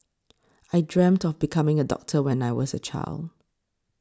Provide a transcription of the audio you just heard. I dreamt of becoming a doctor when I was a child